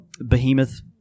behemoth